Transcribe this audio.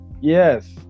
Yes